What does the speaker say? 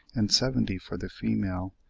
and seventy for the female,